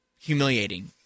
humiliating